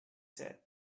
said